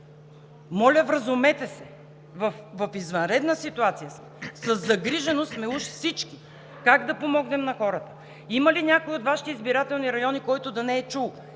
Моля, вразумете се! В извънредна ситуация сме. Със загриженост сме уж всички как да помогнем на хората. Има ли някой от Вашите избирателни райони, който да не е чул: